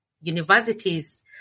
universities